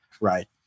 right